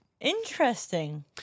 Interesting